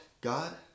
God